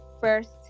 first